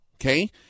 okay